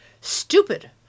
stupid